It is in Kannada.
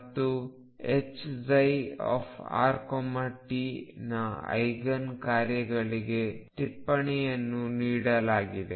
ಮತ್ತು Hψrt ನ ಐಗನ್ ಕಾರ್ಯಗಳಿಗೆ ಟಿಪ್ಪಣಿಯನ್ನು ನೀಡಲಾಗಿದೆ